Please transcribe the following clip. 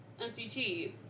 NCT